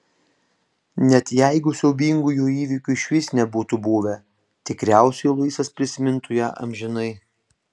net jeigu siaubingųjų įvykių išvis nebūtų buvę tikriausiai luisas prisimintų ją amžinai